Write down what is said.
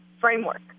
framework